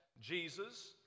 Jesus